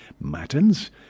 matins